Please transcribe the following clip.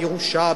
ירושה,